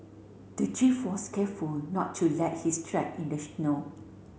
the thief was careful not to let his track in the snow